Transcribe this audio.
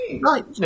Right